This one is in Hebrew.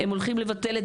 הם הולכים לבטל את